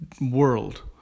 world